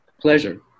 pleasure